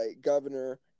governor